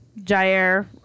Jair